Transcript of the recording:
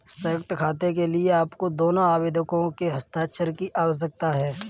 संयुक्त खाते के लिए आपको दोनों आवेदकों के हस्ताक्षर की आवश्यकता है